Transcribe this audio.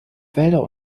wälder